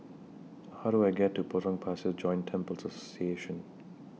How Do I get to Potong Pasir Joint Temples Association